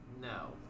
No